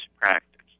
practice